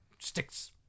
Sticks